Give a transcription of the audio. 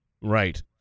Right